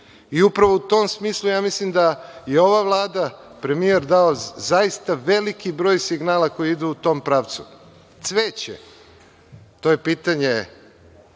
Upravo u tom smislu je ova Vlada, premijer dao zaista veliki broj signala koji idu u tom pravcu. Cveće, to je pitanje